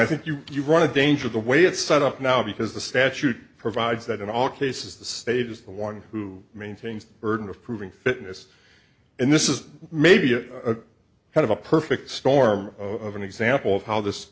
i think you do run a danger the way it's set up now because the statute provides that in all cases the state is the one who maintains burden of proving fitness and this is maybe you have a perfect storm of an example of how this